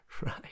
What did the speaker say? right